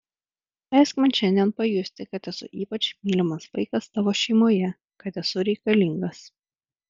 leisk man šiandien pajusti kad esu ypač mylimas vaikas tavo šeimoje kad esu reikalingas